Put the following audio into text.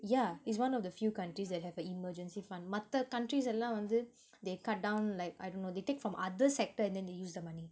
yeah is one of the few countries that have a emergency fund மத்த:mattha countries எல்லா வந்து:ellaa vanthu they cut down like I don't know they take from other sector and then they use the money